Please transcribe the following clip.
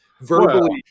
verbally